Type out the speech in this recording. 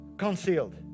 Concealed